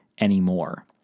anymore